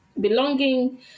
belonging